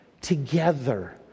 together